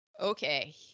Okay